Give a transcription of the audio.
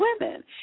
women